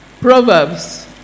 Proverbs